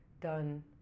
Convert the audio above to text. done